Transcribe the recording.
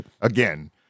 again